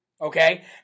okay